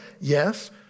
Yes